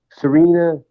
Serena